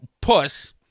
puss